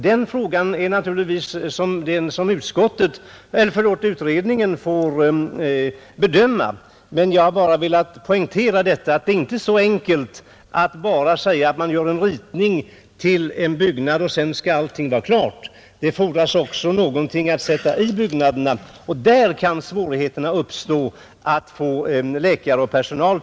Den frågan får naturligtvis utredningen bedöma; jag har bara velat poängtera att det inte är så enkelt att man bara gör en ritning till en byggnad och tror att allting sedan skall vara klart. Det fordras också att det bedrivs någon verksamhet i byggnaderna, och därvidlag kan det uppstå svårigheter att få dit läkare och annan personal.